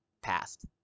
passed